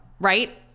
right